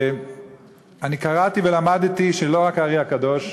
אני קראתי ולמדתי שלא רק האר"י הקדוש,